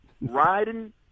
Riding